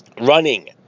running